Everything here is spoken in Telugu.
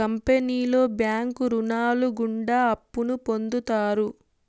కంపెనీలో బ్యాంకు రుణాలు గుండా అప్పును పొందుతారు